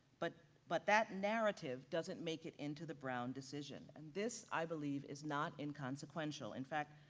but but that narrative doesn't make it into the brown decision. and this i believe, is not inconsequential, in fact,